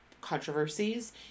controversies